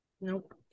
Nope